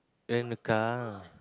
rent a car